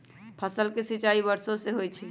फसल के सिंचाई वर्षो से होई छई